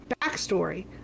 backstory